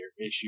issue